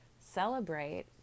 celebrate